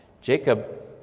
Jacob